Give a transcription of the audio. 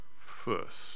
first